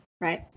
right